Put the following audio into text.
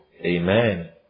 Amen